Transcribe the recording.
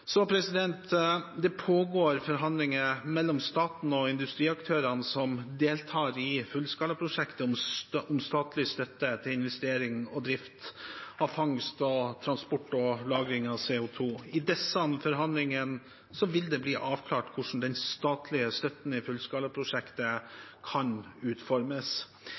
Det pågår forhandlinger mellom staten og industriaktørene som deltar i fullskalaprosjektet, om statlig støtte til investering og drift av fangst, transport og lagring av CO 2 . I disse forhandlingene vil det bli avklart hvordan den statlige støtten i fullskalaprosjektet kan utformes.